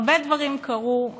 הרבה דברים קרו,